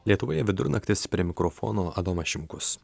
lietuvoje vidurnaktis prie mikrofono adomas šimkus